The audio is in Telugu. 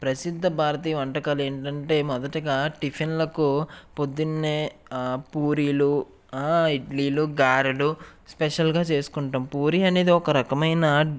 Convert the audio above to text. ప్రసిద్ధ భారతీయ వంటకాలు ఏమిటంటే మొదటిగా టిఫిన్లకు పొద్దున్నే పూరీలు ఇడ్లీలు గారెలు స్పెషల్గా చేసుకుంటాము పూరి అనేది ఒక రకమైన